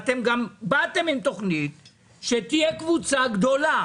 באתם עם תכנית שגורמת לקבוצה גדולה